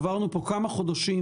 עברנו פה כמה חודשים,